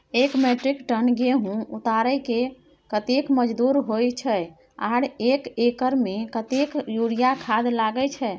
एक metric ton गेहूं उतारेके कतेक मजदूरी होय छै आर एक एकर में कतेक यूरिया खाद लागे छै?